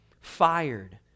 fired